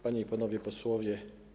Panie i Panowie Posłowie!